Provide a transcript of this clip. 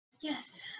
yes